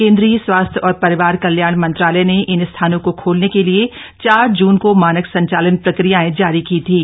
केंद्रीय स्वास्थ्य और परिवार कल्याण मंत्रालय ने इन स्थानों को खोलने के लिए चार जून को मानक संचालन प्रक्रियाएं जारी की थीं